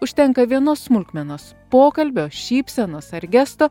užtenka vienos smulkmenos pokalbio šypsenos ar gesto